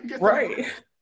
right